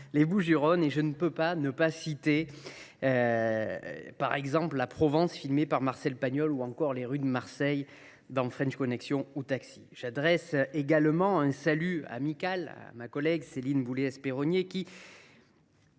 les Bouches du Rhône. Je ne peux pas ne pas citer, par exemple, la Provence filmée par Marcel Pagnol ou encore les rues de Marseille dans ou ! J’adresse également un salut amical à ma collègue Céline Boulay Espéronnier, qui